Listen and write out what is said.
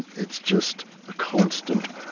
it's just a constant